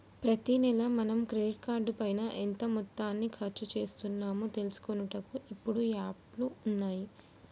ప్రతి నెల మనం క్రెడిట్ కార్డు పైన ఎంత మొత్తాన్ని ఖర్చు చేస్తున్నాము తెలుసుకొనుటకు ఇప్పుడు యాప్లు ఉన్నాయి